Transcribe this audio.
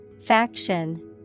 Faction